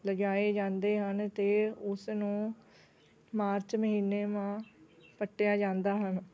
ਲਗਾਏ ਜਾਂਦੇ ਹਨ ਅਤੇ ਉਸ ਨੂੰ ਮਾਰਚ ਮਹੀਨੇ ਮਾ ਪੱਟਿਆ ਜਾਂਦਾ ਹਨ